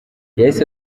yahise